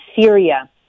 Syria